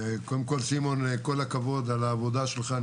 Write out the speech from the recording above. קודם כל סימון כל הכבוד על העבודה שלך.